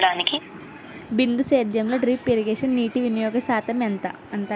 బిందు సేద్యంలో drip irrigation నీటివినియోగ శాతం ఎంత?